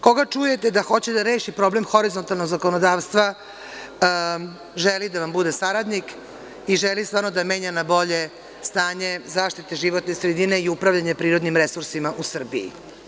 Koga čujete da hoće da reši problem horizontalnog zakonodavstva, želi da vam bude saradnik i želi stvarno da menja na bolje stanje zaštite životne sredine i upravljanje prirodnim resursima u Srbiji.